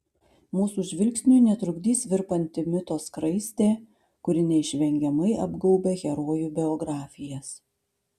mūsų žvilgsniui netrukdys virpanti mito skraistė kuri neišvengiamai apgaubia herojų biografijas